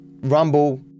Rumble